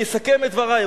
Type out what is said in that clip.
אני אסכם את דברי.